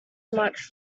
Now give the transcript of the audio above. much